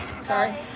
Sorry